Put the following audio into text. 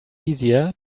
easier